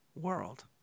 world